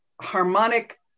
harmonic